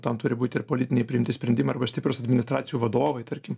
tam turi būti ir politiniai priimti sprendimai arba stiprūs administracijų vadovai tarkim